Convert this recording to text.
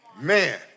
Man